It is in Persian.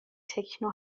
تکنو